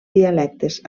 dialectes